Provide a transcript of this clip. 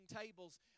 tables